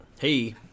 Hey